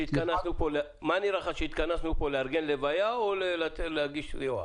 שהתכנסנו כאן לארגן לוויה או להגיש סיוע?